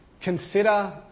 consider